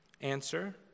Answer